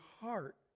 heart